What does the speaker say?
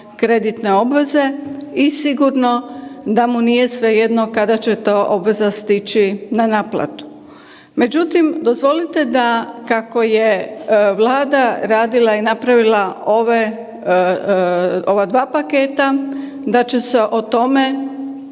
kreditne obveze i sigurno da mu nije svejedno kada će ta obveza stići na naplatu. Međutim, dozvolite da kako je Vlada radila i napravila ove, ova dva paketa da će se o tome